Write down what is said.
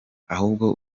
ahubwo